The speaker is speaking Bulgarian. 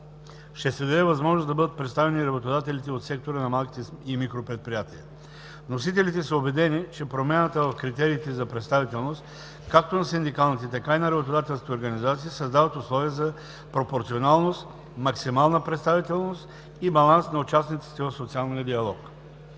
се даде възможност да бъдат представени и работодателите от сектора на малките и микропредприятията. Вносителите са убедени, че промяната в критериите за представителност както на синдикалните, така и на работодателските организации създават условия за пропорционалност, максимална представителност и баланс на участниците в социалния диалог.